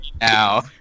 now